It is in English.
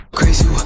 crazy